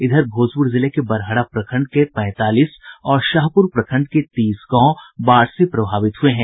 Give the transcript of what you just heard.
इधर भोजपुर जिले के बड़हरा प्रखंड के पैंतालीस और शाहपुर प्रखंड के तीस गांव बाढ़ से प्रभावित हुये हैं